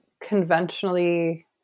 conventionally